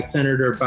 Senator